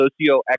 socioeconomic